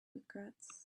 regrets